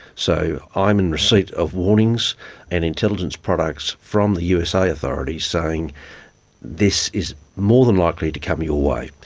so i'm in receipt of warnings and intelligence products from the usa authorities saying this is more than likely to come your way.